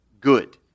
good